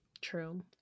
True